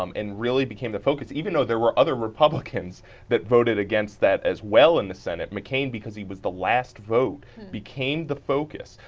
um and really became the focus, even though there were other republicans that voted against that as well in the senate. mccain because he was the last vote became the focus.